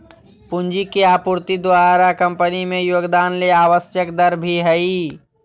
पूंजी के आपूर्ति द्वारा कंपनी में योगदान ले आवश्यक दर भी हइ